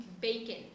bacon